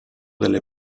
delle